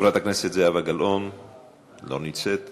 חברת הכנסת זהבה גלאון לא נמצאת,